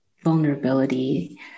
vulnerability